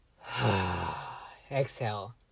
exhale